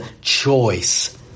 choice